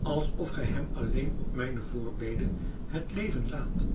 alsof gij hem alleen op mijne voorbede het leven laat